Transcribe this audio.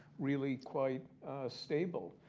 really quite stable.